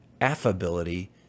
affability